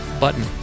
button